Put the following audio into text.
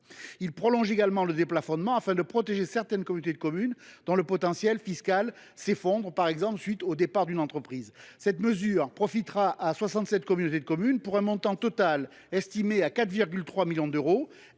à prolonger le déplafonnement, afin de protéger certaines communautés de communes dont le potentiel fiscal s’effondre, par exemple après le départ d’une entreprise. Cette mesure profitera à 67 communautés de communes pour un montant total estimé à 4,3 millions d’euros.